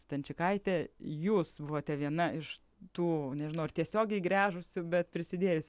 stančikaitę jūs buvote viena iš tų nežinau ar tiesiogiai gręžusių bet prisidėjęs